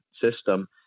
system